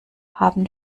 haben